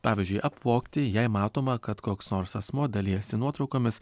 pavyzdžiui apvogti jei matoma kad koks nors asmuo dalijasi nuotraukomis